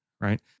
Right